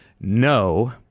No